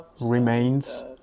remains